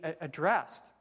addressed